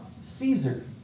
Caesar